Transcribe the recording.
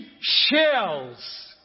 shells